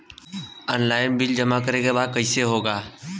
Online bill जमा करे के बा कईसे होगा?